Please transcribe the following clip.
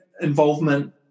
involvement